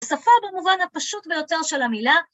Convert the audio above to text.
שפה במובן הפשוט ביותר של המילה.